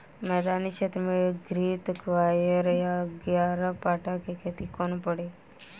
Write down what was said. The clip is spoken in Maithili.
मैदानी क्षेत्र मे घृतक्वाइर वा ग्यारपाठा केँ खेती कोना कड़ी?